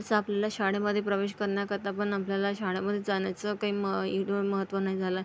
तसं आपल्याला शाळेमध्ये प्रवेश करण्याकरता पण आपल्याला शाळेमध्येच जाण्याचं काही मं इडं महत्त्व नाही झालं आहे